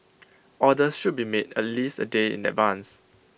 orders should be made at least A day in advance